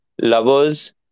lovers